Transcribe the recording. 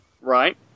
Right